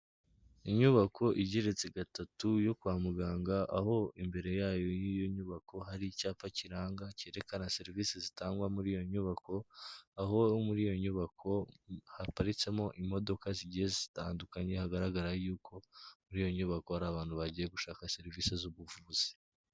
Inyubako igereritse gatatu yo kwa muganga, aho imbere yayo y'iyo nyubako hari icyapa kiranga cyerekana serivisi zitangwa muri iyo nyubako, aho muri iyo nyubako haparitsemo imodoka zigiye zitandukanye hagaragara y'uko, muri iyo nyubako hari abantu bagiye gushaka serivisi z'ubuvuzi.